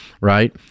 right